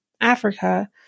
Africa